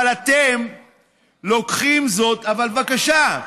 אבל אתם לוקחים זאת, אבל בבקשה,